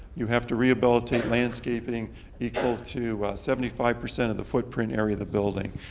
you have to rehabilitate landscaping equal to seventy five percent of the footprint area of the building.